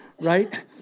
Right